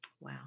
Wow